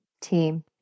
team